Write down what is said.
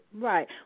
right